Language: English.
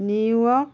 New York